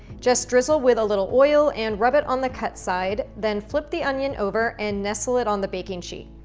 just drizzle with a little oil and rub it on the cut side, then flip the onion over and nestle it on the baking sheet.